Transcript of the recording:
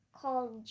called